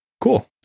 Cool